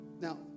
now